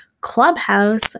Clubhouse